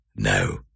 No